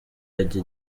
ajya